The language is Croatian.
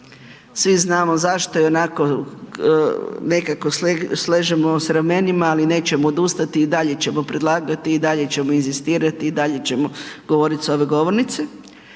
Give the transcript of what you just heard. Svi znamo zašto i onako nekako sliježemo s ramenima ali nećemo odustati i dalje ćemo predlagati i dalje ćemo inzistirati i dalje ćemo govoriti s ove govornice.